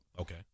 Okay